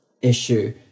issue